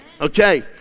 Okay